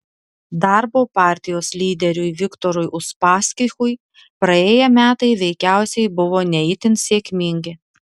darbo partijos lyderiui viktorui uspaskichui praėję metai veikiausiai buvo ne itin sėkmingi